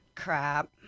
Crap